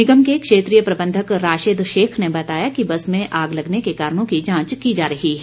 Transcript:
निगम के क्षेत्रीय प्रबंधक राशिद शेख ने बताया कि बस में आग लगने के कारणों की जांच की जा रही है